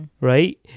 right